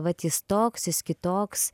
vat jis toks jis kitoks